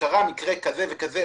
שקרה מקרה כזה וכזה,